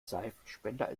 seifenspender